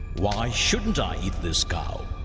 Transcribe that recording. why shouldn't i eat this cow?